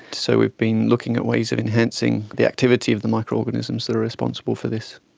so we've been looking at ways of enhancing the activity of the microorganisms that are responsible for this.